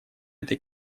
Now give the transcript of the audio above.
этой